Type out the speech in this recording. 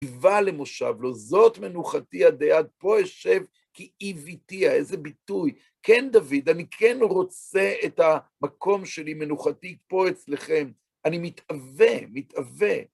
אוה למושב לו זאת מנוחתי עדי עד פה אשב כי אותיה. איזה ביטוי. כן דוד, אני כן רוצה את המקום שלי מנוחתי פה אצלכם. אני מתאווה, מתאווה.